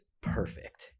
perfect